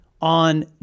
on